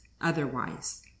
otherwise